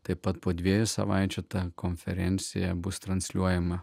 taip pat po dviejų savaičių ta konferencija bus transliuojama